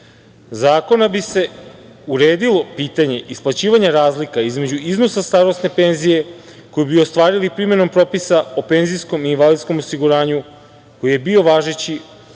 zakona bi se uredilo pitanje isplaćivanja razlika između iznosa starosne penzije koju bi ostvarili primenom propisa o penzijskom i invalidskom osiguranju koji je bio važeći